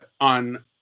On